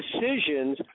decisions